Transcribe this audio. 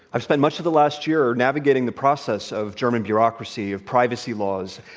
i've spent much of the last year navigating the process of german bureaucracy, of privacy laws,